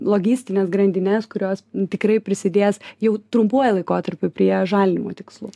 logistines grandines kurios tikrai prisidės jau trumpuoju laikotarpiu prie žalinimo tikslų